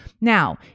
Now